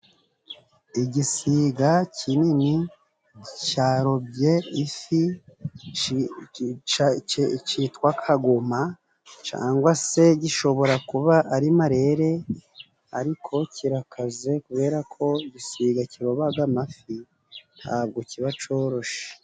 Igisiga kinini carobye ifi, citwa kagoma cangwa se gishobora kuba ari marere ariko kirakaze kubera ko igisiga kirobaga amafi, ntabwo kiba coroshe.